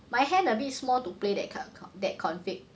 my hand a bit small to play that kind of con~ that config~